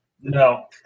No